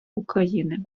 україни